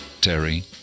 Terry